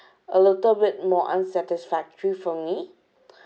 a little bit more unsatisfactory for me